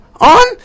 on